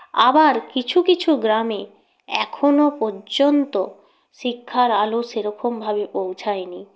আবার কিছু কিছু গ্রামে এখনো পর্যন্ত শিক্ষার আলো সেরকমভাবে পৌঁছায়নি